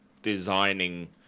designing